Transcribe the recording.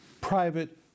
private